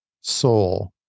soul